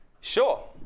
Sure